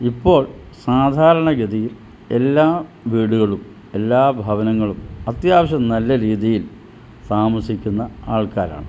ഇപ്പോൾ സാധാരണഗതിയിൽ എല്ലാ വീടുകളും എല്ലാ ഭവനങ്ങളും അത്യാവശ്യം നല്ല രീതിയിൽ താമസിക്കുന്ന ആൾക്കാരാണ്